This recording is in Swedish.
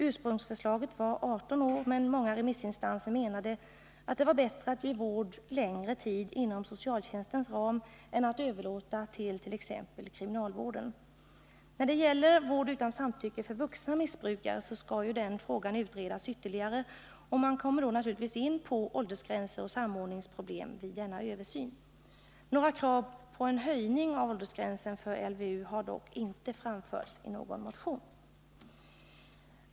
Ursprungsförslaget var 18 år, men många remissinstanser menade att det var bättre att ge vård längre tid inom socialtjänstens ram än att överlåta den exempelvis till kriminalvården. När det gäller vård utan samtycke för vuxna missbrukare, skall ju denna fråga utredas ytterligare. Man kommer naturligtvis in på åldersgränser och samordningsproblem i denna översyn. Några krav på en höjning av åldersgränsen för LVU har dock inte framförts i någon motion.